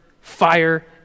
fire